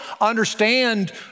understand